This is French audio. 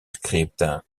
script